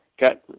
got